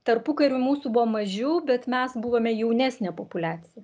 tarpukariu mūsų buvo mažiau bet mes buvome jaunesnė populiacija